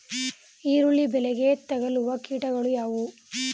ಈರುಳ್ಳಿ ಬೆಳೆಗೆ ತಗಲುವ ಕೀಟಗಳು ಯಾವುವು?